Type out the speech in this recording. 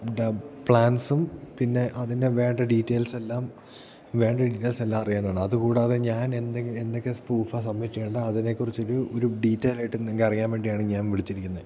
ഉണ്ടാവും പ്ലാൻസും പിന്നെ അതിനു വേണ്ട ഡീറ്റെയ്ൽസെല്ലാം വേണ്ട ഡീയെൽസെല്ലാം അറിയാനാണ് അതുകൂടാതെ ഞാൻ എന്തൊക്കെ പ്രൂഫാണ് സബ്മിറ്റ് ചെയ്യേണ്ടത് അതിനെ കുറിച്ചൊരു ഒരു ഡീറ്റെയ്ലായിട്ട് എന്തെങ്കിലും അറിയാൻ വേണ്ടിയാണ് ഞാൻ വിളിച്ചിരിക്കുന്നത്